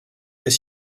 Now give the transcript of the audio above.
est